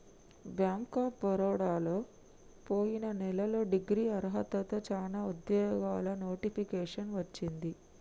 bank of బరోడలో పొయిన నెలలో డిగ్రీ అర్హతతో చానా ఉద్యోగాలకు నోటిఫికేషన్ వచ్చింది